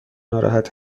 ناراحت